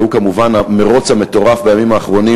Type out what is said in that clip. והוא כמובן המירוץ המטורף בימים האחרונים